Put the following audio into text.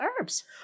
herbs